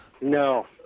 No